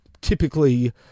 typically